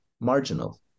marginal